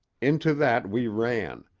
into that we ran,